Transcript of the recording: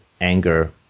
anger